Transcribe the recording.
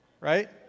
Right